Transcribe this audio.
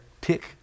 tick